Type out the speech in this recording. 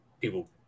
people